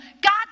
God